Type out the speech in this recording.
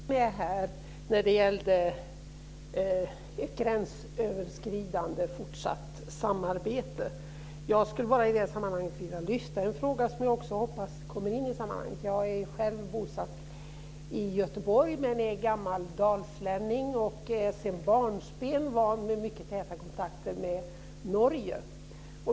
Fru talman! Det var många intressanta synpunkter som Åke Gustavsson kom med när det gällde ett gränsöverskridande fortsatt samarbete. Jag skulle bara vilja lyfta fram en fråga som jag hoppas kommer in i sammanhanget. Jag är själv bosatt i Göteborg, men är gammal dalslänning och sedan barnsben van vid mycket täta kontakter med Norge.